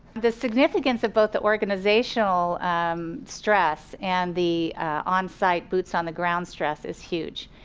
the significance of both the organizational um stress and the onsite boots on the ground stress is huge.